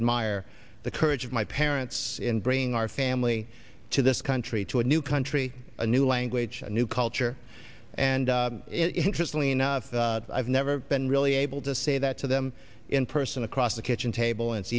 admire the courage of my parents in bringing our family to this country to a new country a new language new culture and interestingly enough i've never been really able to say that to them in person across the kitchen table